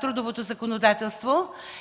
трудовото законодателство, е